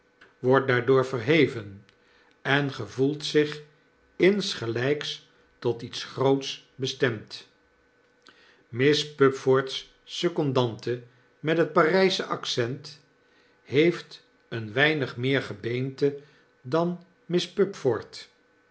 wordt daardoor verheven en gevoelt zich insgelps tot iets groots bestemd miss pupford's secondante met het parijsche accent heeft een weinigmeergebeente dan miss